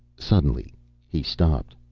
suddenly he stopped,